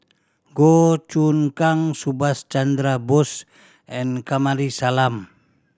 Goh Choon Kang Subhas Chandra Bose and Kamsari Salam